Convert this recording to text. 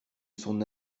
son